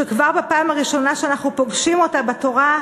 שכבר בפעם הראשונה שאנחנו פוגשים אותה בתורה,